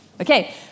Okay